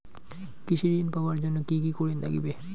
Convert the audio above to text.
কৃষি ঋণ পাবার জন্যে কি কি করির নাগিবে?